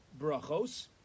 Brachos